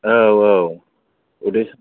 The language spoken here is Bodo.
औ औ उदै सा